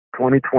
2020